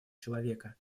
человека